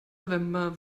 november